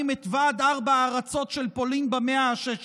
את ועד ארבע הארצות של פולין במאה ה-16.